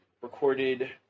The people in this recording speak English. recorded